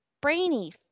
Brainy